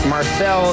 Marcel